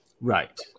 Right